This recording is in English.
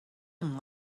and